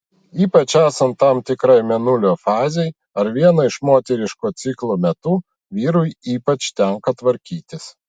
ypač esant tam tikrai mėnulio fazei ar vieno iš moteriško ciklo metu vyrui ypač tenka tvarkytis